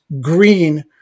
green